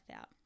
out